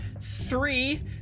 three